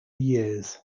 years